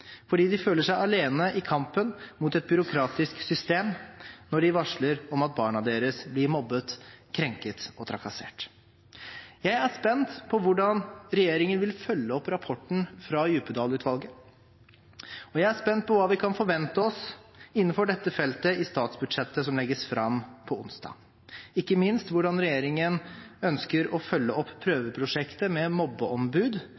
fordi de føler seg alene i kampen mot et byråkratisk system når de varsler om at barna deres blir mobbet, krenket og trakassert. Jeg er spent på hvordan regjeringen vil følge opp rapporten fra Djupedal-utvalget, og jeg er spent på hva vi kan forvente oss innenfor dette feltet i statsbudsjettet som legges fram på onsdag – ikke minst hvordan regjeringen ønsker å følge opp prøveprosjektet med mobbeombud,